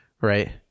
right